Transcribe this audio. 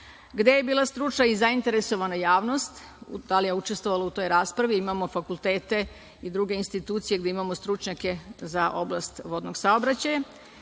Gde je bila stručna i zainteresovana javnost i da li je učestvovala u toj raspravi? Imamo fakultete i druge institucije gde imamo stručnjake za oblast vodnog saobraćaja?